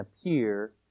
appear